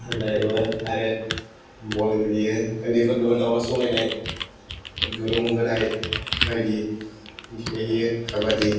हाग्रा एवो आरो बल गेलेयो उन्दैफोरनाबो दावला सौलायनाय दुरुं बोनाय बायदि गेलेहैयो काबादि